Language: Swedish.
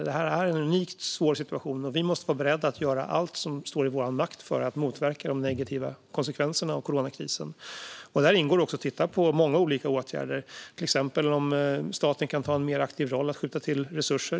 Det är en unikt svår situation, och vi måste vara beredda att göra allt som står i vår makt för att motverka de negativa konsekvenserna av coronakrisen. Där ingår att titta på många olika åtgärder, till exempel om staten kan ta en mer aktiv roll i att skjuta till resurser.